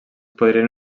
podrien